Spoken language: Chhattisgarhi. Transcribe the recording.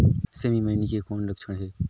सेमी मे मईनी के कौन लक्षण हे?